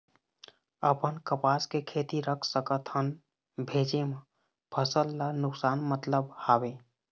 अपन कपास के खेती रख सकत हन भेजे मा फसल ला नुकसान मतलब हावे?